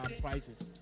prices